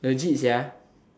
legit sia